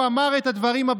לא רוצים חרדים בוועדה?